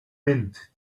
mint